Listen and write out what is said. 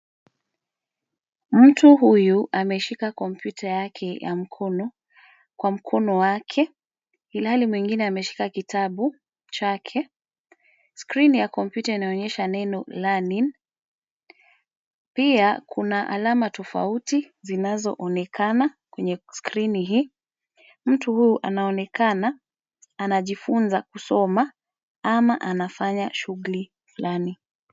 Mtu huyu ameshika kompyuta yake ya mkono, kwa mkono wake, ilhali mwingine ameshika kitabu, chake, skrini ya kompyuta inaonyesha neno Learning , pia kuna alama tofauti, zinazoonekana, kwenye skrini hii, mtu huyu anaonekana, anajifunza kusoma, ama anafanya shughuli fulani.